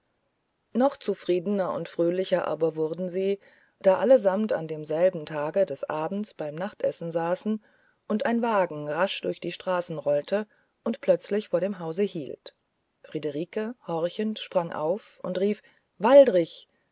noch zufriedener und fröhlicher aber wurden sie da allesamt an demselben tage des abends beim nachtessen saßen und ein wagen rasch durch die straßen rollte und plötzlich vor dem hause hielt friederike horchend sprang auf und rief waldrich